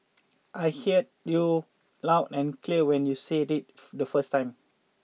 I hear you loud and clear when you say it the first time